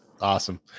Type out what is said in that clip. Awesome